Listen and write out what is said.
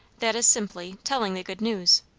that is simply, telling the good news.